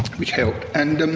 which helped. and um,